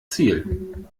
ziel